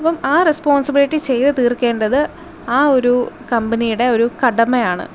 അപ്പം ആ റെസ്പോൺസിബിലിറ്റി ചെയ്തു തീർക്കേണ്ടത് ആ ഒരു കമ്പനിയടെ ഒരു കടമയാണ്